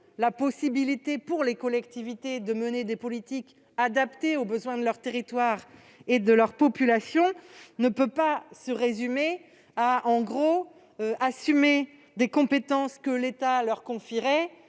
la possibilité pour les collectivités de mener des politiques adaptées aux besoins de leur territoire et de leur population, ne peut pas se résumer à leur faire assumer des compétences que l'État leur confierait